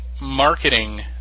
marketing